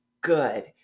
good